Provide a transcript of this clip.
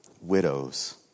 Widows